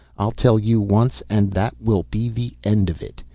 i'll tell you once and that will be the end of it.